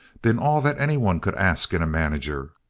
been all that anyone could ask in a manager.